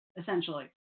essentially